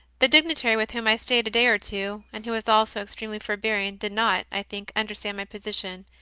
the dignitary with whom i stayed a day or two, and who was also extremely forbearing, did not, i think, understand my position.